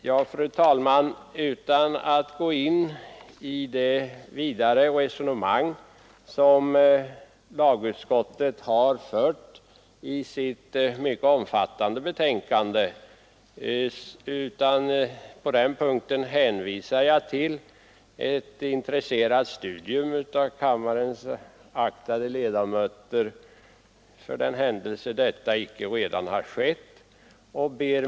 Jag skall här inte gå in i det vidare resonemang som lagutskottet för i sitt mycket omfattande betänkande utan hänvisar kammarens ledamöter till att själva studera vad utskottet där framhållit. Fru talman!